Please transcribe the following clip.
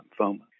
lymphoma